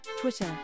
Twitter